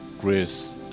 grace